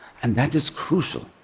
and that is crucial,